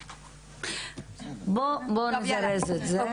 בואו נזרז את זה.